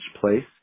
place